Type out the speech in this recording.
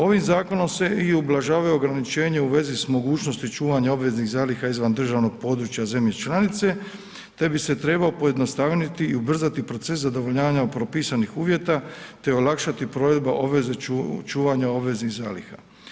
Ovim zakonom se i ublažavaju ograničenja u vezi s mogućnosti čuvanja obveznih zaliha izvan državnog područja zemlje članice, te bi se trebao pojednostavniti i ubrzati proces zadovoljavanja propisanih uvjeta, te olakšati provedba čuvanja obveznih zaliha.